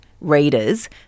readers